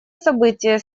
события